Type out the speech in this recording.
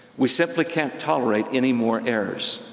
we simply can't tolerate any more errors!